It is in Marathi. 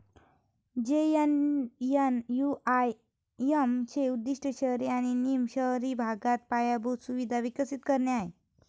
जे.एन.एन.यू.आर.एम चे उद्दीष्ट शहरी आणि निम शहरी भागात पायाभूत सुविधा विकसित करणे आहे